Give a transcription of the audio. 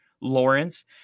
Lawrence